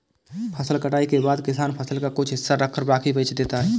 फसल कटाई के बाद किसान फसल का कुछ हिस्सा रखकर बाकी बेच देता है